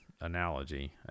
analogy